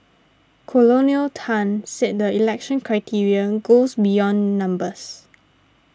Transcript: Colonel Tan said the selection criteria goes beyond numbers